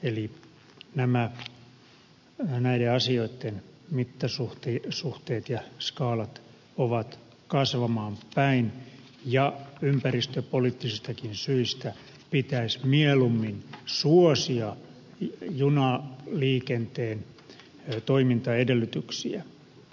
eli näiden asioitten mittasuhteet ja skaalat ovat kasvamaan päin ja ympäristöpoliittisistakin syistä pitäisi mieluummin suosia junaliikenteen toimintaedellytyksiä